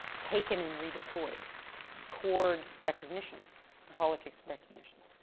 taken an redeployed toward recognition, the politics of recognition.